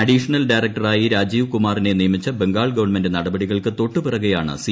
additional ഡയറക്ടറായി രാജീവ്കുമാറിനെ നിയമിച്ച ബംഗാൾ ഗവൺമെന്റ് നടപടികൾക്കു തൊട്ടു പിറകെയാണ് സി